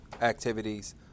activities